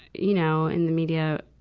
you know, in the media,